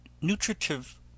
nutritive